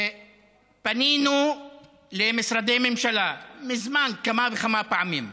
פנינו למשרדי ממשלה מזמן כמה וכמה פעמים,